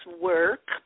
work